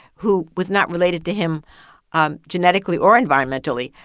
who was not related to him um genetically or environmentally,